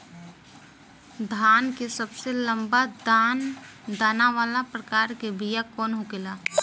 धान के सबसे लंबा दाना वाला प्रकार के बीया कौन होखेला?